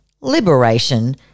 liberation